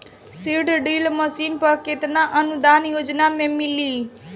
Seed drill machine पर केतना अनुदान योजना में मिली?